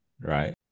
right